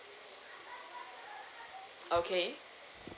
okay